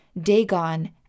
Dagon